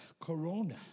Corona